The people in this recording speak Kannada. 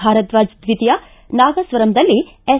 ಭಾರಧ್ವಾಜ್ ದ್ವಿತೀಯ ನಾಗಸ್ವರಂದಲ್ಲಿ ಎಸ್